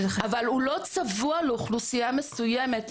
אבל הוא לא צבוע לאוכלוסייה מסוימת.